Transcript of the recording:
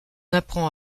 apprend